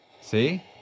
See